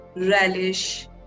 Relish